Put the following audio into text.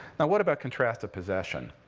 now what about contrasted possession?